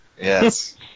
Yes